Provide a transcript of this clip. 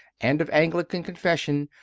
and of anglican confession,